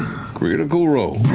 critical role.